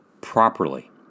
properly